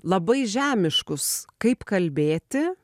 labai žemiškus kaip kalbėti